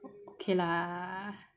okay lah